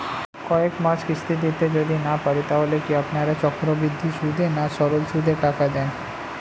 কয়েক মাস কিস্তি দিতে যদি না পারি তাহলে কি আপনারা চক্রবৃদ্ধি সুদে না সরল সুদে টাকা দেন?